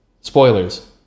Spoilers